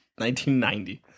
1990